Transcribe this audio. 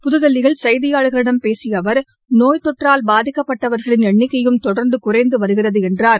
புதுதில்லியில் செய்தியாளா்களிம் பேசிய அவர் நோய் தொற்றால் பாதிக்கப்பட்டவர்களின் எண்ணிக்கையும் தொடர்ந்து குறைந்து வருகிறது என்றார்